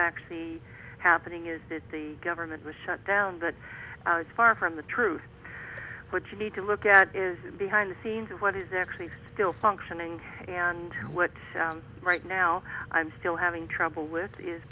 actually happening is that the government was shut down but it's far from the truth what you need to look at is behind the scenes what is actually still functioning and what right now i'm still having trouble with is